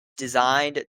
designed